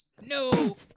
No